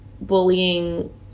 bullying